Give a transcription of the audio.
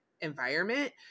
environment